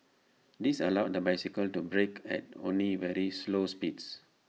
this allowed the bicycle to brake at only very slow speeds